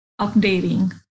updating